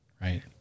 right